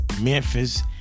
Memphis